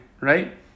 Right